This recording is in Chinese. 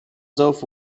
州府